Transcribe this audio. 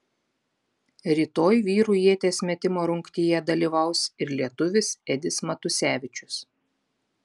rytoj vyrų ieties metimo rungtyje dalyvaus ir lietuvis edis matusevičius